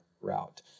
route